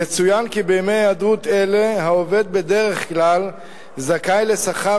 יצוין כי בימי היעדרות אלה העובד בדרך כלל זכאי לשכר